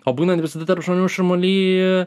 o būnant visada tarp žmonių šurmuly